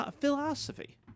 philosophy